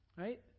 Right